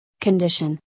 condition